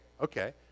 okay